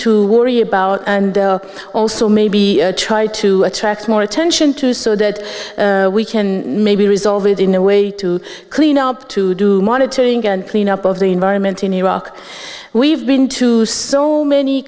to worry about and also maybe try to attract more attention to so that we can maybe resolve it in a way to clean up to do monitoring and clean up of the environment in iraq we've been to so many